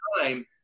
time